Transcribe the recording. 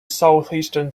southeastern